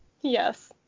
Yes